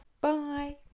bye